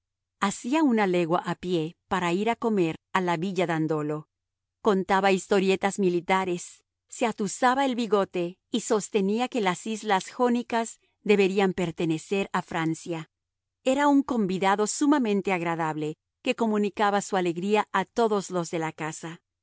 hacía una legua a pie para ir a comer a la villa dandolo contaba historietas militares se atusaba el bigote y sostenía que las islas jónicas deberían pertenecer a francia era un convidado sumamente agradable que comunicaba su alegría a todos los de la casa